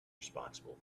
responsible